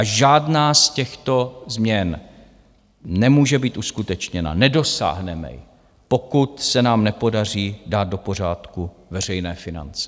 Žádná z těchto změn nemůže být uskutečněna, nedosáhneme ji, pokud se nám nepodaří dát do pořádku veřejné finance.